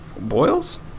Boils